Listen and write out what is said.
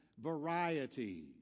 variety